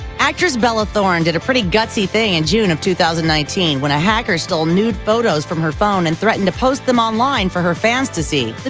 actress bella thorne did a pretty gutsy thing in june of two thousand and nineteen when a hacker stole nude photos from her phone and threatened to post them online for her fans to see.